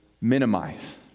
minimize